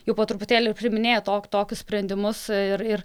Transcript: jau po truputėlį priiminėja tok tokius sprendimus ir ir